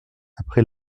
après